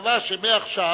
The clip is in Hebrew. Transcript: קבע שמעכשיו,